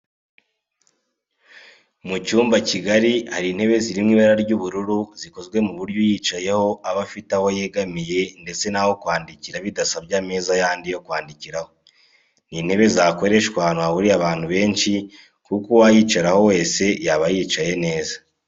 Mu cyumba kigari hari intebe ziri mu ibara ry'ubururu zikozwe ku buryo uyicayeho aba afite aho yegamira ndetse n'aho kwandikira bidasabye ameza yandi yo kwandikiraho. Ni intebe zakoreshwa ahantu hahuriye abantu benshi kuko uwayicaraho wese yaba yicaye neza